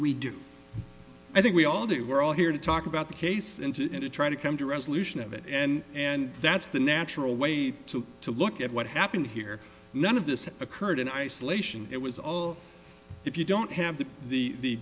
we do i think we all do we're all here to talk about the case and to and to try to come to resolution of it and and that's the natural way to look at what happened here none of this occurred in isolation it was all if you don't have the the